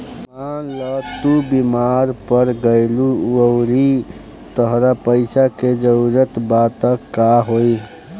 मान ल तू बीमार पड़ गइलू अउरी तहरा पइसा के जरूरत बा त का होइ